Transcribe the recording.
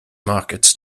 markets